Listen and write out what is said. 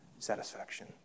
Satisfaction